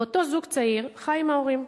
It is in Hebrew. ואותו זוג צעיר חי עם ההורים,